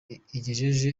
igejeje